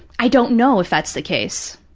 i don't know if that's the case.